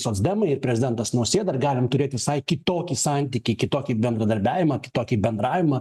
socdemai ir prezidentas nausėda ir galim turėti visai kitokį santykį kitokį bendradarbiavimą kitokį bendravimą